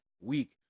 week